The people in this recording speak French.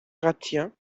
gratien